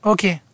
Okay